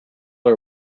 her